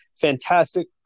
fantastic